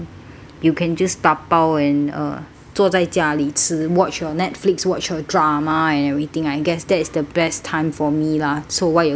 you can just 打包 and uh 坐在家里吃 watch your netflix watch your drama and everything I guess that's is the best time for me lah so what you think